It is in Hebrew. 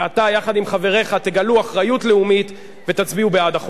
ואתה יחד עם חבריך תגלו אחריות לאומית ותצביעו בעד החוק הזה.